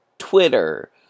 Twitter